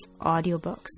audiobooks